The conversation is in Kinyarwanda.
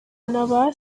n’aba